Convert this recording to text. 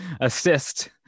assist